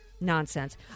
Nonsense